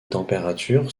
températures